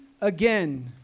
again